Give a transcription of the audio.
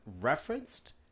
referenced